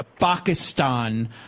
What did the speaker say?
Pakistan